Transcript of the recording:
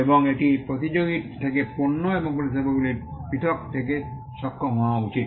এবং এটি প্রতিযোগীর থেকে পণ্য এবং পরিষেবাগুলি পৃথক করতে সক্ষম হওয়া উচিত